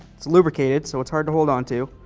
it's lubricated so it's hard to hold on to.